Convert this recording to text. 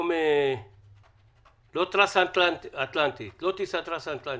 לא מדובר בטיסה טרנס-אטלנטית.